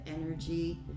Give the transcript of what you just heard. energy